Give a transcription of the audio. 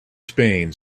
spain